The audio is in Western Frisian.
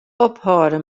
ophâlde